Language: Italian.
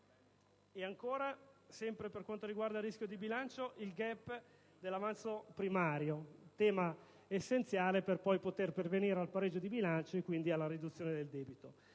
e ancora, sempre per quanto riguarda il rischio di bilancio, il *gap* dell'avanzo primario, tema essenziale per poter poi pervenire al pareggio di bilancio e quindi alla riduzione del debito.